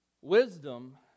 wisdom